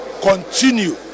continue